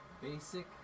Basic